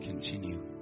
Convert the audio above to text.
continue